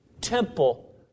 temple